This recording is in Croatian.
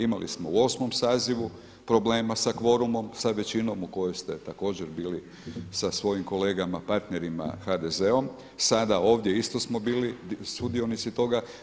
Imali smo u 8. sazivu problema sa kvorumom, sa većinom u kojoj ste također bili sa svojim kolegama partnerima HDZ-om, sada ovdje isto smo bili sudionici toga.